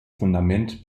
fundament